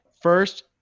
First